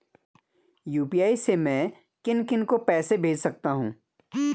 UPI से मैं किन किन को पैसे भेज सकता हूँ?